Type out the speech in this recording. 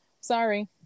Sorry